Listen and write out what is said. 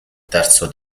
terzo